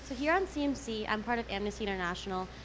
so here on cmc, i'm part of amnesty international,